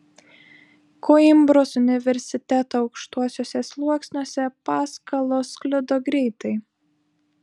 koimbros universiteto aukštuosiuose sluoksniuose paskalos sklido greitai